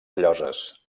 lloses